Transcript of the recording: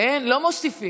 אין, לא מוסיפים.